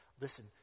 Listen